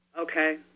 Okay